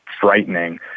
frightening